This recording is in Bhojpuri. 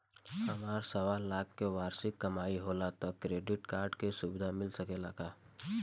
हमार सवालाख के वार्षिक कमाई होला त क्रेडिट कार्ड के सुविधा मिल सकेला का?